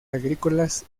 agrícolas